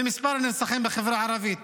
במספר הנרצחים בחברה הערבית.